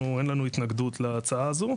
אנחנו, אין לנו התנגדות להצעה הזו.